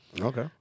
okay